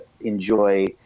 enjoy